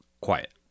Quiet